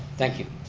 thank you.